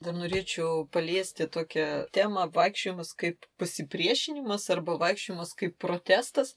dar norėčiau paliesti tokią temą vaikščiojimas kaip pasipriešinimas arba vaikščiojimas kaip protestas